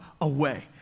away